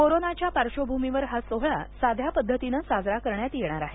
कोरोनाच्या पार्श्वभूमीवर हा सोहळा साध्या पद्धतीने साजरा करण्यात येणार आहे